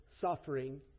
suffering